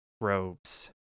robes